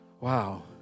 Wow